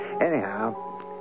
Anyhow